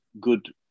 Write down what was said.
good